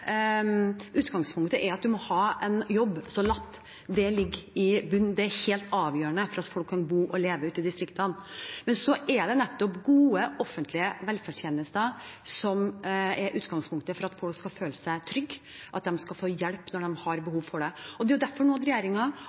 må ha en jobb, så la det ligge i bunnen – det er helt avgjørende for at folk kan bo og leve ute i distriktene. Det er nettopp gode offentlige velferdstjenester som er utgangspunktet for at folk skal føle seg trygge, at de skal få hjelp når de har behov for det. Det er derfor regjeringen nå har tatt beslutningen om at